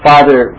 Father